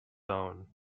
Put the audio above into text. own